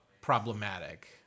problematic